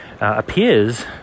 appears